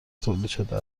تولیدشده